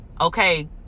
okay